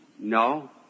No